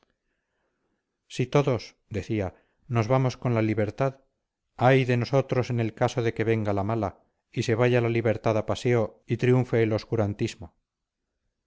si todos decía nos vamos con la libertad ay de nosotros en el caso de que venga la mala y se vaya la libertad a paseo y triunfe el obscurantismo